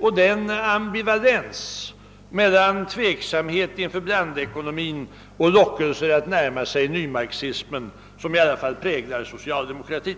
och den ambivalens mellan tveksamhet inför blandekonomin och lockelse att närma sig nymarxismen som präglar socialdemokratin.